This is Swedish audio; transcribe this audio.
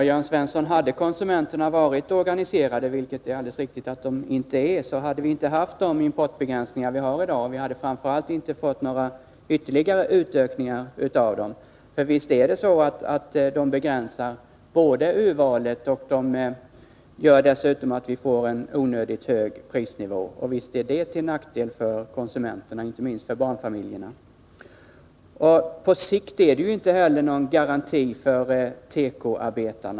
Herr talman! Hade konsumenterna varit organiserade, vilket de såsom helt riktigt påpekades inte är, hade vi inte haft de importbegränsningar som vi har i dag. Vi hade framför allt inte fått någon utökning av dem. Visst begränsar de urvalet och medför dessutom en onödigt hög prisnivå. Visst är det till nackdel för konsumenterna, inte minst för barnfamiljerna. På sikt är importbegränsningar inte heller någon garanti för tekoarbetarna.